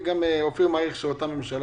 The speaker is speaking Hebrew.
שיר, את מקריאה?